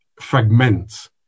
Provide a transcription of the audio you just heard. fragment